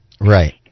Right